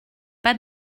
pas